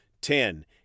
Ten